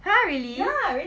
!huh! really